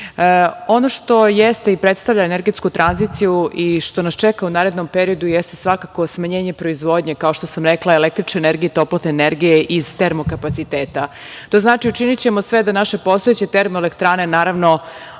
što jeste i predstavlja energetsku tranziciju i što nas čeka u narednom periodu jeste svakako smanjenje proizvodnje, kao što sam rekla, električne energije i toplotne energije iz termo kapaciteta. To znači da ćemo učiniti sve da naše postojeće termoelektrane naravno